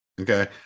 Okay